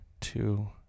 two